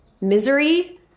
misery